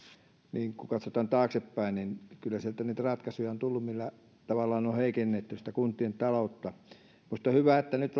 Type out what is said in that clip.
niin kun katsotaan taaksepäin niin kyllä sieltä niitä ratkaisuja on tullut millä on tavallaan heikennetty kuntien taloutta minusta on hyvä että nyt